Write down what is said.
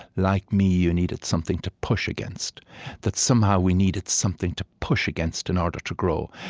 like me, you needed something to push against that somehow we needed something to push against in order to grow.